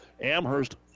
Amherst